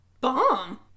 bomb